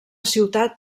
ciutat